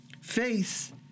Faith